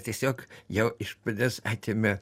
tiesiog jau iš manęs atėmė